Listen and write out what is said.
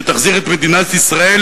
שתחזיר את מדינת ישראל,